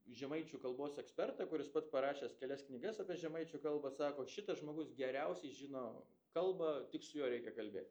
žemaičių kalbos ekspertą kuris pats parašęs kelias knygas apie žemaičių kalbą sako šitas žmogus geriausiai žino kalbą tik su juo reikia kalbėt